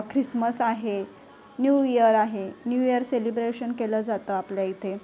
Christmas आहे new year आहे new year celebration केलं जातं आपल्या इथे